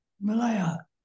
Malaya